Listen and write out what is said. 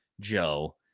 Joe